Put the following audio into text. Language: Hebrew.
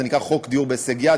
זה נקרא חוק דיור בהישג יד,